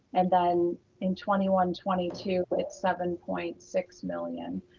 and then in twenty one twenty two it's seven point six million.